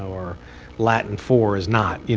or latin four is not.